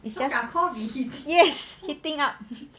it's just ah yes hitting up